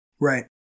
Right